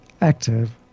active